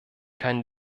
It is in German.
kann